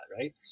right